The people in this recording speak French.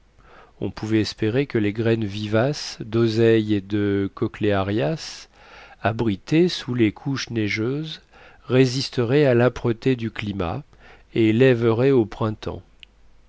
on pouvait espérer que les graines vivaces d'oseille et de cochléarias abritées sous les couches neigeuses résisteraient à l'âpreté du climat et lèveraient au printemps